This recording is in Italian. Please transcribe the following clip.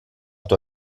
tua